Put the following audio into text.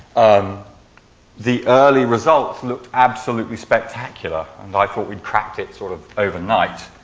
um the early results looked absolutely spectacular. and i thought we cracked it sort of overnight.